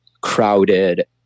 crowded